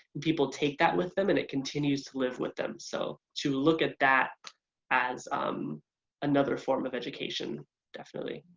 people take that with them and it continues to live with them so to look at that as um another form of education definitely.